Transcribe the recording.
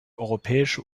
europäische